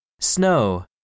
Snow